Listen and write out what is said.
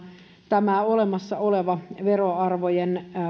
tämä olemassa oleva veroarvojen